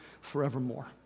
forevermore